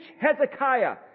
Hezekiah